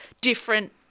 different